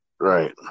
Right